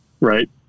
right